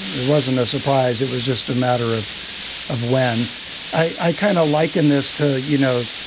it wasn't a surprise. it was just a matter of of when i kind of like in this to, you know,